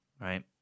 right